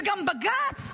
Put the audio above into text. וגם בג"ץ.